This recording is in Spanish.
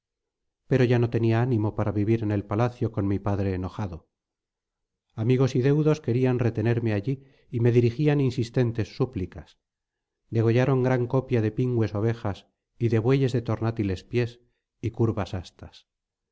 pero ya no tenía ánimo para vivir en el palacio con mi padre enojado amigos y deudos querían retenerme allí y me dirigían insistentes súplicas degollaron gran copia de pingües ovejas y de bueyes de tornátiles pies y curvas astas